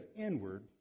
inward